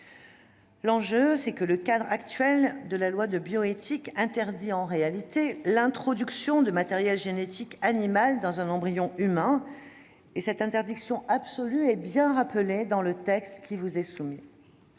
Le cadre législatif actuel en matière de bioéthique interdit l'introduction de matériel génétique animal dans un embryon humain : cette interdiction absolue est bien rappelée dans le texte qui vous est soumis.